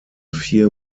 vier